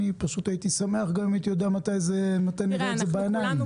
אני פשוט הייתי שמח אם הייתי יודע מתי נראה את זה בעיניים,